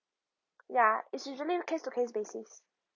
ya it's usually case to case basis